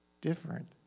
different